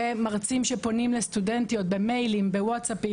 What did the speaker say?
מרצים שפונים לסטודנטיות במיילים ובוואטסאפים